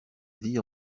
vie